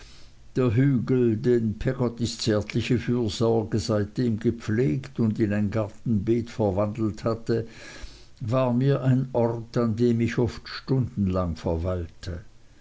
den hügel den peggottys zärtliche fürsorge seitdem gepflegt und in ein gartenbeet verwandelt hatte war mir ein ort an dem ich oft stundenlang verweilte